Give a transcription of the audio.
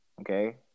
Okay